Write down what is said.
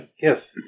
yes